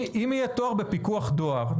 אם יהיה תואר בפיקוח דואר,